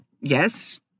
yes